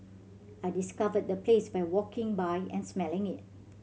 I discovered the place by walking by and smelling it